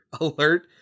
alert